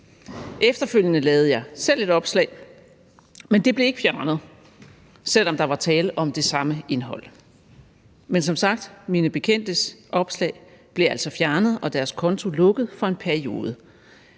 Efterfølgende lavede jeg selv et opslag, men det blev ikke fjernet, selv om der var tale om det samme indhold. Men som sagt: Mine bekendtes opslag blev altså fjernet og deres konto lukket for en periode.